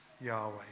Yahweh